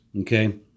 okay